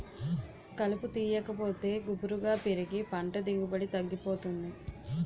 కలుపు తీయాకపోతే గుబురుగా పెరిగి పంట దిగుబడి తగ్గిపోతుంది